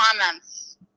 comments